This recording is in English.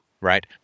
right